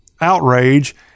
outrage